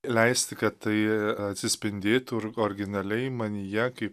leisti kad tai atsispindėtų ir originaliai manyje kaip